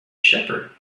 shepherd